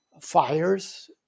fires